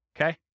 Okay